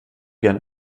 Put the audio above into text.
gern